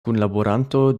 kunlaboranto